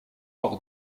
par